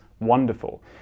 wonderful